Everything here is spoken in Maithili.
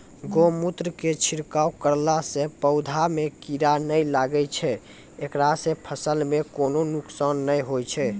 गोमुत्र के छिड़काव करला से पौधा मे कीड़ा नैय लागै छै ऐकरा से फसल मे कोनो नुकसान नैय होय छै?